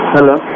Hello